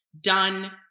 done